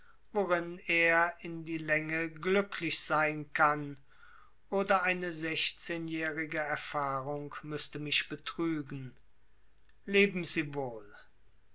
worin er in die länge glücklich sein kann oder eine sechzehnjährige erfahrung müßte mich betrügen leben sie wohl